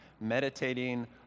meditating